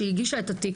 שהגישה את התיק,